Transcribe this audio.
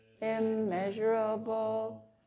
immeasurable